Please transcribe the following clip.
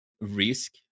Risk